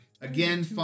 again